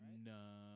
No